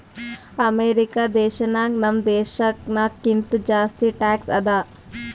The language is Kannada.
ಅಮೆರಿಕಾ ದೇಶನಾಗ್ ನಮ್ ದೇಶನಾಗ್ ಕಿಂತಾ ಜಾಸ್ತಿ ಟ್ಯಾಕ್ಸ್ ಅದಾ